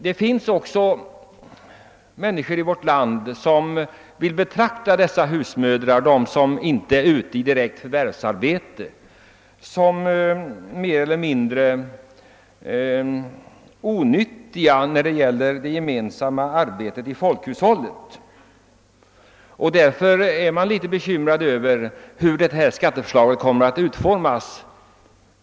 Det finns människor i vårt land som vill betrakta dessa husmödrar, dem som inte är ute i direkt förvärvsarbete, såsom mer eller mindre onyttiga i det gemensamma arbetet för folkhushållet. Innan man har sett skatteförslaget, kan man därför vara bekymrad för hur det kommer att utformas.